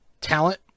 talent